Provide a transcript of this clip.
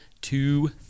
two